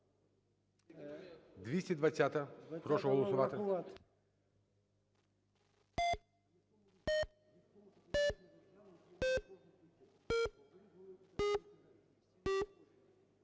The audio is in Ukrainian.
220-а. Прошу голосувати.